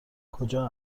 کجا